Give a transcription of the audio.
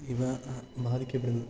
ഇവ ബാധിക്കപ്പെടുന്നത്